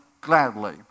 gladly